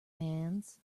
hands